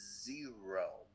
zero